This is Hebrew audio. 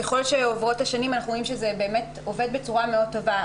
ככל שעוברות השנים אנחנו רואים שזה באמת עובד בצורה מאוד טובה.